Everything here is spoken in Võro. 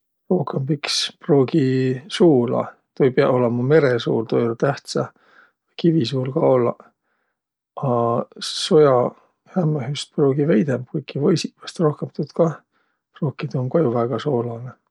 Rohkõmb iks pruugi suula. Tuu ei piäq olõma meresuul, tuu ei olõq tähtsä, või kivisuul ka ollaq. A sojahämmähüst pruugi veidemb, kuiki võisiq vaest rohkõmb tuud kah pruukiq, tuu um jo ka väega soolanõ.